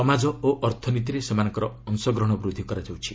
ସମାଜ ଓ ଅର୍ଥନୀତିରେ ସେମାନଙ୍କର ଅଂଶଗ୍ରହଣ ବୃଦ୍ଧି କରାଯାଉଛି